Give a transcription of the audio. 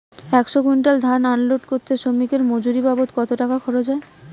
একশো কুইন্টাল ধান আনলোড করতে শ্রমিকের মজুরি বাবদ কত টাকা খরচ হয়?